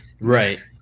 Right